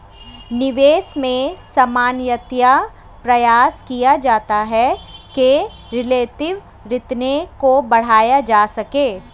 निवेश में सामान्यतया प्रयास किया जाता है कि रिलेटिव रिटर्न को बढ़ाया जा सके